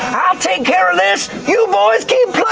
i'll take care of this. you boys keep